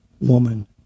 woman